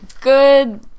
Good